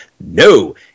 No